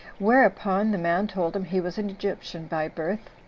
whereupon the man told him he was an egyptian by birth,